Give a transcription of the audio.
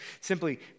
simply